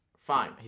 Fine